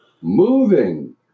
moving